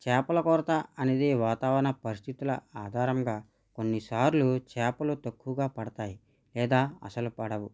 చేపల కొరత అనేది వాతావరణ పరిస్థితుల ఆధారంగా కొన్నిసార్లు చేపలు తక్కువగా పడతాయి లేదా అసలు పడవు